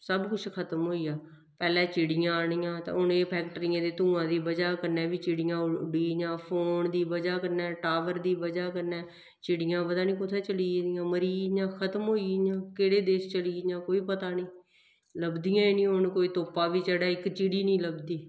सब कुछ खत्म होई गेआ पैह्लें चिड़ियां आनियां ते हून एह् फैकट्रियें दे धुएं दी बजह् कन्नै बी चिड़ियां उड्डी गेइयां फोन दी बजह् कन्नै टावर दी बजह् कन्नै चिड़ियां पता निं कु'त्थें चली गेदियां मरी गेदियां खतम होई गेइयां केह्ड़े देश चली गेइयां कोई पता निं लभदियां निं हून कोई तोप्पा बी चढ़ै इक चिड़ी निं लभदी